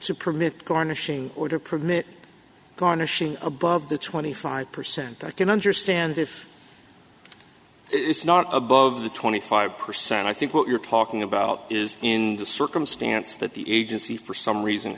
to permit garnishing order permit garnishing above the twenty five percent i can understand if it's not above the twenty five percent i think what you're talking about is in the circumstance that the agency for some reason